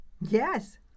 Yes